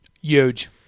Huge